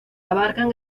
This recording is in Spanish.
abarcan